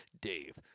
Dave